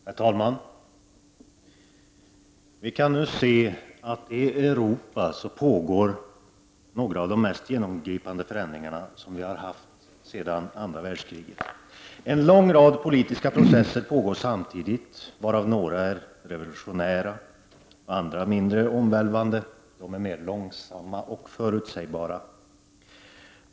Herr talman! Vi kan nu se att i Europa pågår några av de mest genomgripande förändringarna sedan andra världskriget. En lång rad politiska processer pågår samtidigt, varav några är revolutionära och andra mindre omvälvande, mer långsamma och förutsägbara.